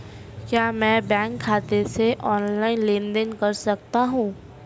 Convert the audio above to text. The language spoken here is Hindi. क्या मैं बैंक खाते से ऑनलाइन लेनदेन कर सकता हूं?